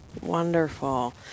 Wonderful